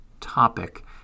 topic